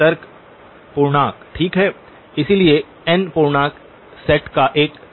तर्क पूर्णांक ठीक है इसलिए n पूर्णांक सेट का एक तत्व है